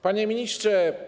Panie Ministrze!